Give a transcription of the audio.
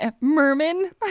merman